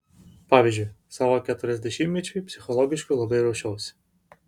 pavyzdžiui savo keturiasdešimtmečiui psichologiškai labai ruošiausi